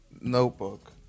notebook